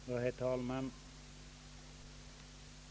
Herr talman!